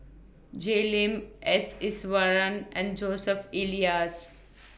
Jay Lim S Iswaran and Joseph Elias